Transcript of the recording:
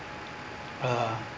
uh